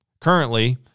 Currently